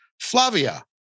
Flavia